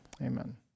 amen